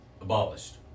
abolished